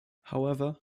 however